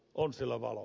on siellä valo